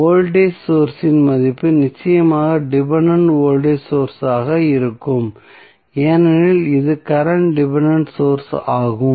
voltage source இன் மதிப்பு நிச்சயமாக டிபென்டென்ட் வோல்டேஜ் சோர்ஸ் ஆக இருக்கும் ஏனெனில் இது கரண்ட் டிபென்டென்ட் சோர்ஸ் ஆகும்